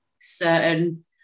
certain